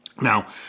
Now